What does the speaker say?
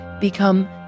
become